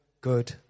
good